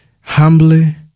humbly